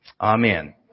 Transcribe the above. Amen